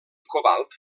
cobalt